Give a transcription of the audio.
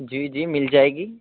جی جی مل جائے گی